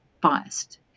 biased